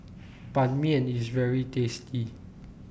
Ban Mian IS very tasty